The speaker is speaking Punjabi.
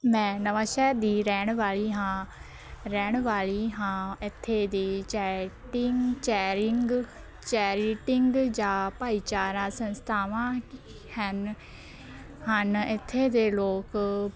ਮੈਂ ਨਵਾਂਸ਼ਹਿਰ ਦੀ ਰਹਿਣ ਵਾਲੀ ਹਾਂ ਰਹਿਣ ਵਾਲੀ ਹਾਂ ਇੱਥੇ ਦੀ ਚੈਈਟਿੰਗ ਚੈਰਿੰਗ ਚੈਰੀਟਿੰਗ ਜਾਂ ਭਾਈਚਾਰਾ ਸੰਸਥਾਵਾਂ ਹਨ ਹਨ ਇੱਥੇ ਦੇ ਲੋਕ